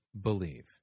believe